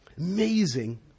Amazing